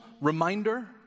reminder